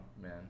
man